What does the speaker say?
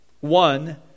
one